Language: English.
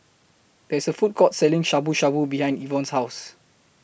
There IS A Food Court Selling Shabu Shabu behind Evonne's House